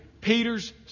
Peter's